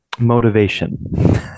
motivation